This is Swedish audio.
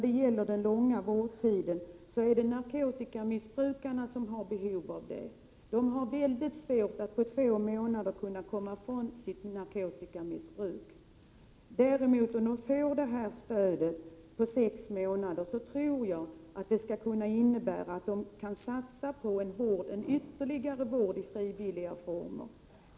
Det är framför allt narkotikamissbrukarna som har behov av den långa vårdtiden. Det är väldigt svårt för dem att på två månader komma ifrån sitt narkotikamissbruk. Om de däremot får det här stödet under sex månader, så tror jag att det skall kunna innebära att de kan satsa på en ytterligare vård i frivilliga former.